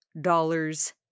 dollars